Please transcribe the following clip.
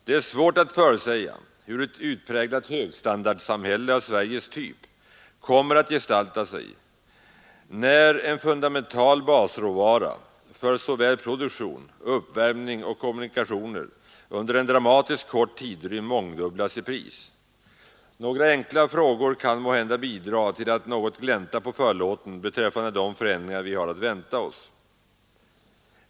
Det är svårt att förutsäga hur ett utpräglat högstandardsamhälle av Sveriges typ kommer att gestalta sig när en fundamental basråvara för produktion, uppvärmning och kommunikationer under en dramatiskt kort tidsrymd mångdubblas i pris. Några enkla frågor kan måhända bidra till att något glänta på förlåten beträffande de förändringar vi har att vänta oss.